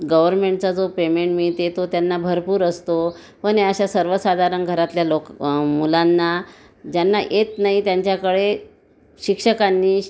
गवरमेंटचा जो पेमंट मिळते तो त्यांना भरपूर असतो पण या अशा सर्वसाधारण घरातल्या लोक मुलांना ज्यांना येत नाही त्यांच्याकडे शिक्षकांनी